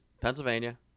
pennsylvania